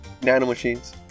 nanomachines